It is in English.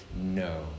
no